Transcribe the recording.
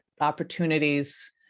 opportunities